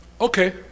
okay